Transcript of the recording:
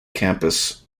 campus